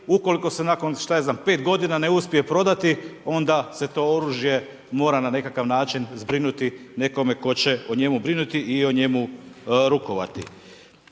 Ukoliko se nakon što ja znam 5 godina ne uspije prodati onda se to oružje mora na nekakav način zbrinuti nekome tko će o njemu brinuti i o njemu rukovati.